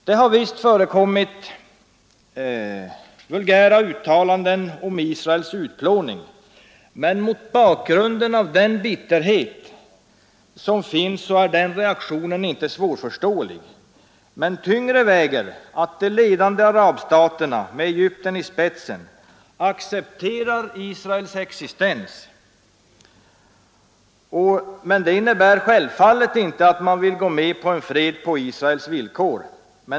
Det har visst förekommit vulgära uttalanden om Israels utplåning, men det är mot bakgrunden av den bitterhet som finns, och den reaktionen är inte svårförståelig. Tyngre väger dock att de ledande arabstaterna med Egypten i spetsen accepterar Israels existens. Men det innebär självfallet inte att man vill gå med på en fred på Israels villkor.